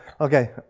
Okay